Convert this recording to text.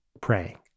praying